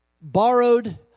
borrowed